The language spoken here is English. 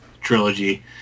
trilogy